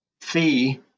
fee